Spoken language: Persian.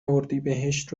اردیبهشت